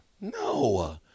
No